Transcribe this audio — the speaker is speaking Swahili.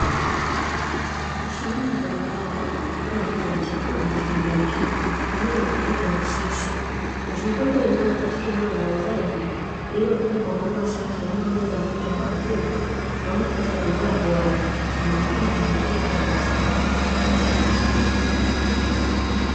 Samani mbalimbali kama meza ya chakula na viti vyake, pamoja na kabati la kisasa. Zimepangwa imara katika eneo la wauzaji, lililopambwa kwa maua safi yanayoongeza mvuto kwa wateja, wanaotafuta bidhaa bora, na muonekano wa kuvutia kwa nyumba zao.